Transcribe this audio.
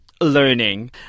learning